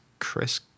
chris